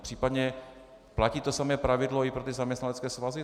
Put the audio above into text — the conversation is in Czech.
Případně platí totéž pravidlo i pro ty zaměstnanecké svazy?